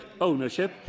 ownership